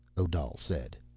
odal said.